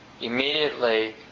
immediately